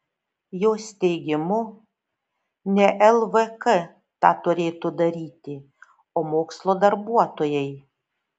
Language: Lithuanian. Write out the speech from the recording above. jos teigimu ne lvk tą turėtų daryti o mokslo darbuotojai